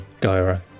Gyra